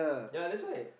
ya that's why